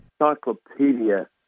encyclopedia